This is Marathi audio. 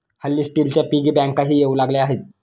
हल्ली स्टीलच्या पिगी बँकाही येऊ लागल्या आहेत